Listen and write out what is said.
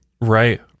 Right